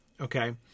okay